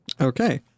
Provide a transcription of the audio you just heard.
Okay